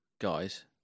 guys